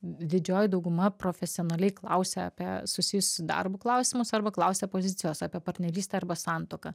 didžioji dauguma profesionaliai klausė apie susijusius su darbu klausimus arba klausė pozicijos apie partnerystę arba santuoką